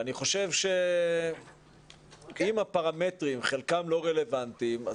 אני חושב שאם הפרמטרים חלקם לא רלוונטיים אז